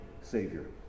Savior